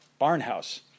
Barnhouse